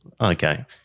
Okay